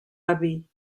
abbey